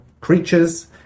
creatures